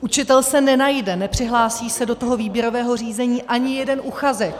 Učitel se nenajde, nepřihlásí se do toho výběrového řízení ani jeden uchazeč.